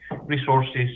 resources